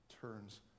turns